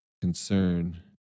concern